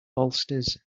bolsters